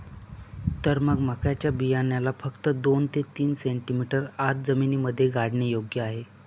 तर मग मक्याच्या बियाण्याला फक्त दोन ते तीन सेंटीमीटर आत जमिनीमध्ये गाडने योग्य आहे